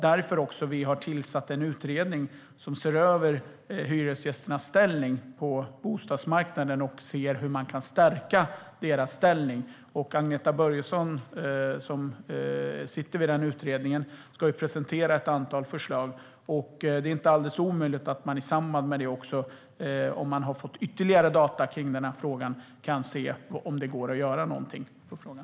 Därför har vi tillsatt en utredning som ser över hyresgästernas ställning på bostadsmarknaden och hur man kan stärka deras ställning, och utredaren Agneta Börjesson ska presentera ett antal förslag. Det är inte omöjligt att vi i samband med det, om vi får ytterligare data, kan se om det går att göra något i frågan.